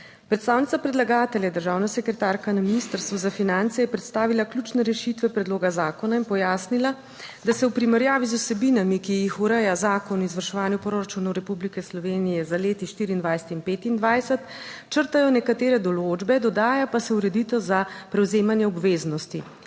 Predstavnica predlagatelja, državna sekretarka na Ministrstvu za finance je predstavila ključne rešitve predloga zakona in pojasnila, da se v primerjavi z vsebinami, ki jih ureja Zakon o izvrševanju proračunov Republike Slovenije za leti 2024 in 2025, črtajo nekatere določbe, dodaja pa se ureditev za prevzemanje obveznosti.